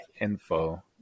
info